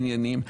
עניינים,